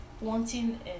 wanting